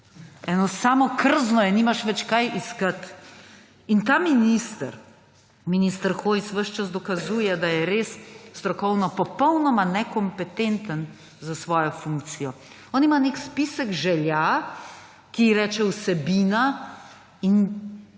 Eno samo krzno je, nimaš več kaj iskati. In ta minister, minister Hojs, ves čas dokazuje, da je res strokovno popolnoma nekompetenten za svojo funkcijo. On ima nek spisek želja, ki ji reče vsebina, in